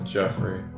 Jeffrey